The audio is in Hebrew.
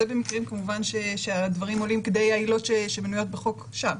זה כמובן במקרים שהדברים עולים כדי העילות שמנויות בחוק שם.